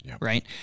right